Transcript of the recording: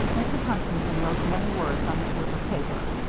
mrs. huntington wrote many words on a slip of paper.